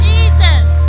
Jesus